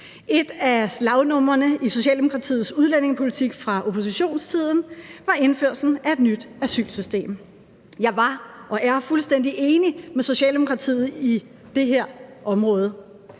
Et af slagnumrene i Socialdemokratiets udlændingepolitik fra oppositionstiden var indførelsen af et nyt asylsystem. Jeg var og er fuldstændig enig med Socialdemokratiet på det her område.